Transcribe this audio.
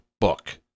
book